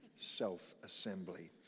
self-assembly